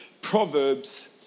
Proverbs